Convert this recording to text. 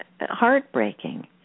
heartbreaking